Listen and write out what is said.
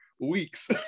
weeks